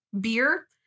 beer